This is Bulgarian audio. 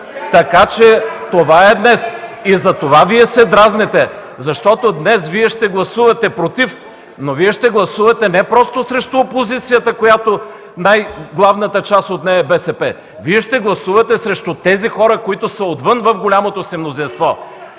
ГЕРБ.) Това е! Затова се дразните, защото днес ще гласувате „против”, но Вие ще гласувате не просто против опозицията, най-главната част от която е БСП, Вие ще гласувате срещу тези хора, които са отвън в голямото си мнозинство.